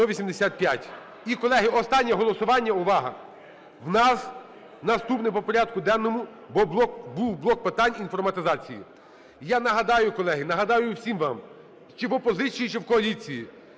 І, колеги, останнє голосування. Увага! У нас наступний по порядку денному був блок питань інформатизації. Я нагадаю, колеги, нагадаю всім вам, чи в опозиції, чи в коаліції: